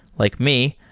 like me,